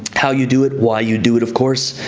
how you do it, why you do it, of course,